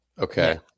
Okay